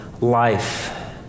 life